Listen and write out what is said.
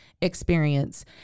experience